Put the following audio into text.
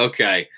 Okay